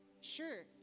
Sure